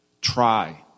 Try